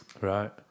right